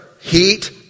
heat